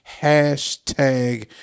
Hashtag